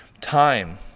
time